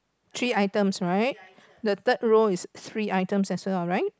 three items right the third row is three items as well right